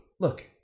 Look